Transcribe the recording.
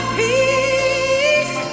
peace